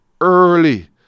early